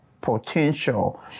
potential